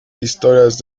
historias